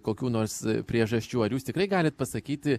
kokių nors priežasčių ar jūs tikrai galit pasakyti